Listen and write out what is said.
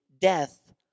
death